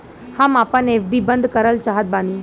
हम आपन एफ.डी बंद करल चाहत बानी